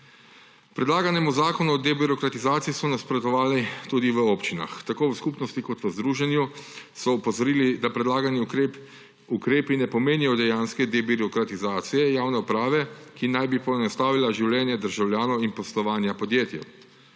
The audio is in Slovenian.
Predlaganemu zakonu o debirokratizaciji so nasprotovali tudi v občinah. Tako v Skupnosti kot v Združenju so opozorili, da predlagani ukrepi ne pomenijo dejanske debirokratizacije javne uprave, ki naj bi poenostavila življenje državljanov in poslovanj podjetij.